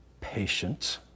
patient